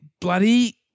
bloody